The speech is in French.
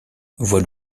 voit